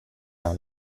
una